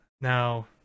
Now